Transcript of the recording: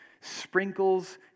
sprinkles